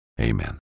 Amen